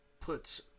puts